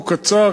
הוא קצר,